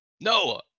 No